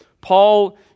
Paul